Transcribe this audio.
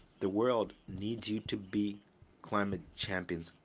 the world needs you to be climate champions.